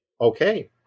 okay